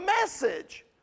message